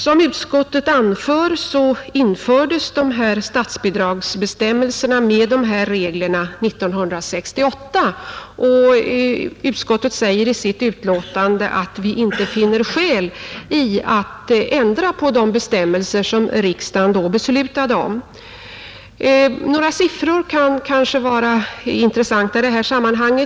Som utskottet framhåller infördes statsbidragsbestämmelserna med dessa regler 1968. Utskottet säger i sitt utlåtande att man inte finner skäl att ändra på de bestämmelser som riksdagen då beslutade om. Några siffror kan kanske vara intressanta i detta sammanhang.